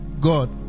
God